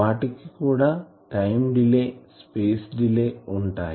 వాటికీ కూడా time delay space delay ఉంటాయి